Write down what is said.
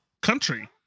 country